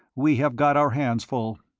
we have got our hands full.